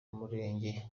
murenge